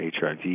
HIV